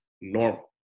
normal